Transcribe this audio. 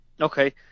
okay